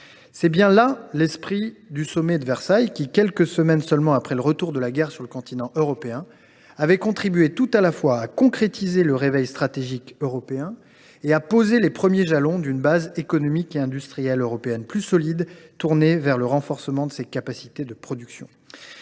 est bien l’esprit du sommet de Versailles, lequel, quelques semaines seulement après le retour de la guerre sur le continent européen, avait contribué tout à la fois à concrétiser le réveil stratégique européen et à poser les premiers jalons d’une base économique et industrielle européenne plus solide, tournée vers le renforcement de ses capacités de production.